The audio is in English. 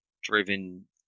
driven